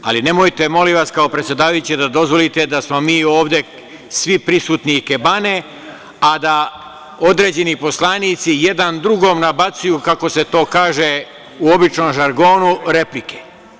Ali, nemojte molim vas, kao predsedavajući da dozvolite da smo mi ovde svi prisutni ikebane, a da određeni poslanici jedan drugom nabacuju kako se to kaže, u običnom žargonu replike.